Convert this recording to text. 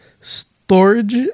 storage